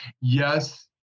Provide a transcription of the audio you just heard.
yes